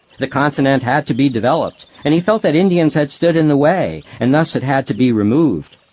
the continent had to be developed and he felt that indians had stood in the way, and thus had had to be removed.